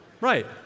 right